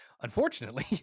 unfortunately